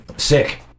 Sick